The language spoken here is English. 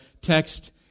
text